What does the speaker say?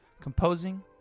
composing